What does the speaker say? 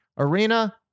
arena